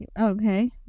Okay